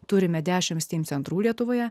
turime dešimt centrų lietuvoje